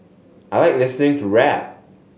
I like listening to rap